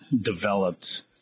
developed